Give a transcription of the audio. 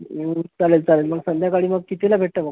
चालेल चालेल मग संध्याकाळी मग कितीला भेटतं मग